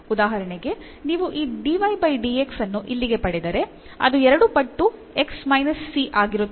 ಉದಾಹರಣೆಗೆ ನೀವು ಈ ಅನ್ನು ಇಲ್ಲಿಗೆ ಪಡೆದರೆ ಅದು ಎರಡು ಪಟ್ಟು x ಮೈನಸ್ c ಆಗಿರುತ್ತದೆ